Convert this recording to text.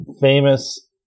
famous